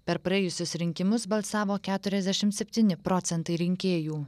per praėjusius rinkimus balsavo keturiasdešim septyni procentai rinkėjų